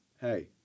hey